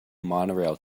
monorail